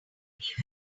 anywhere